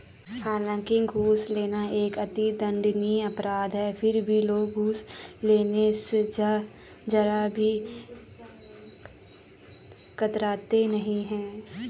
हालांकि घूस लेना एक अति दंडनीय अपराध है फिर भी लोग घूस लेने स जरा भी कतराते नहीं है